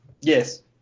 Yes